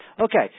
Okay